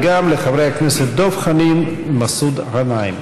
וגם לחברי הכנסת דב חנין ומסעוד גנאים.